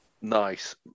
Nice